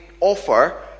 offer